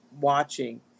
watching